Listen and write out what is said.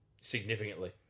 significantly